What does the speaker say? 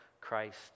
Christ